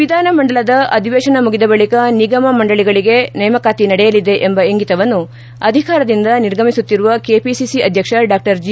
ವಿಧಾನಮಂಡಲದ ಅಧಿವೇಶನ ಮುಗಿದ ಬಳಿಕ ನಿಗಮ ಮಂಡಳಗಳಿಗೆ ನೇಮಕಾತಿ ನಡೆಯಲಿದೆ ಎಂಬ ಇಂಗಿತವನ್ನು ಅಧಿಕಾರದಿಂದ ನಿರ್ಗಮಿಸುತ್ತಿರುವ ಕೆಪಿಸಿಸಿ ಅಧ್ಯಕ್ಷ ಡಾ ಜಿ